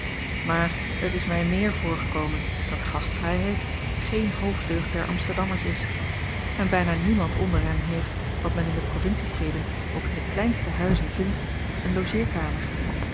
maar t is mij meer voorgekomen dat gastvrijheid geen hoofddeugd der amsterdammers is en bijna niemand onder hen heeft wat men in de provinciesteden ook in de kleinste huizen vindt een